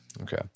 Okay